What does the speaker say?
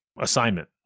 assignment